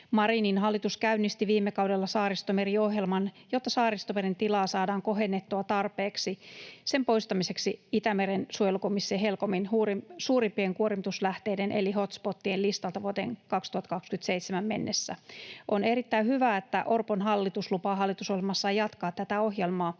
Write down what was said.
Marinin hallitus käynnisti viime kaudella Saaristomeri-ohjelman, jotta Saaristomeren tilaa saadaan kohennettua tarpeeksi sen poistamiseksi Itämeren suojelukomission, HELCOMin, suurimpien kuormituslähteiden eli hotspotien listalta vuoteen 2027 mennessä. On erittäin hyvä, että Orpon hallitus lupaa hallitusohjelmassaan jatkaa tätä ohjelmaa,